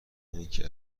اینکه